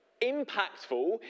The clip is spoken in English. impactful